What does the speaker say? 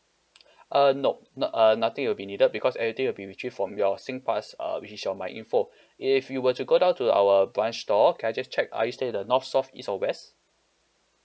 uh nop not~ uh nothing will be needed because everything will be retrieved from your Singpass uh which is your Myinfo if you were to go down to our branch store can I just check are you staying in the north south east or west